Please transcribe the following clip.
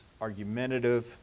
argumentative